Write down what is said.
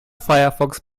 firefox